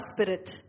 spirit